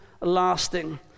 lasting